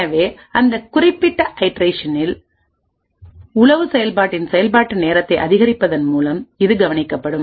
எனவேஅந்த குறிப்பிட்ட ஐட்ரேஷனில்சனின் உளவு செயல்பாட்டின் செயல்பாட்டு நேரத்தை அதிகரிப்பதன் மூலம் இது கவனிக்கப்படும்